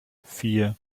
vier